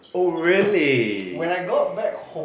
oh really